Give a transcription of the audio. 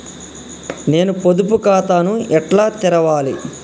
నేను పొదుపు ఖాతాను ఎట్లా తెరవాలి?